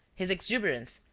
his exuberance,